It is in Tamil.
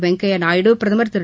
வெங்கையா நாயுடு பிரதமர் திரு